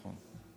נכון?